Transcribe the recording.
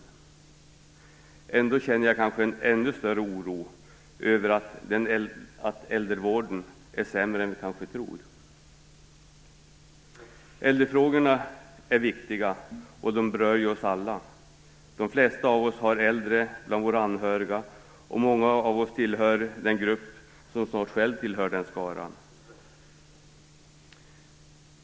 Trots det känner jag en kanske ännu större oro över att äldrevården kanske är sämre än vi tror. Äldrefrågorna är viktiga och berör oss alla. De flesta av oss har äldre bland våra anhöriga, och många av oss kommer snart själva att tillhöra den äldre skaran.